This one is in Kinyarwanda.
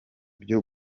byo